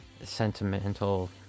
sentimental